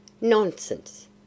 Nonsense